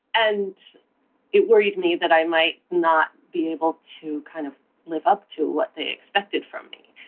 and it worried me that i might not be able to kind of live up to what they expected from me.